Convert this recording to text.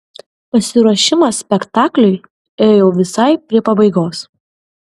pasiruošimas spektakliui ėjo jau visai prie pabaigos